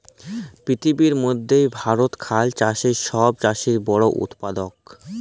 পিথিবীর মইধ্যে ভারত ধাল চাষের ছব চাঁয়ে বড় উৎপাদক